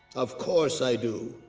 of course i do.